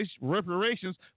reparations